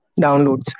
downloads